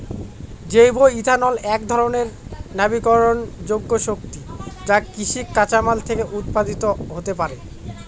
জৈব ইথানল একধরনের নবীকরনযোগ্য শক্তি যা কৃষিজ কাঁচামাল থেকে উৎপাদিত হতে পারে